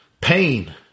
pain